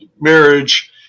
marriage